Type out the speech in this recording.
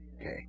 Okay